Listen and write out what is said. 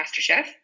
MasterChef